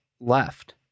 left